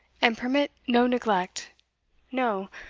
and permit no neglect no,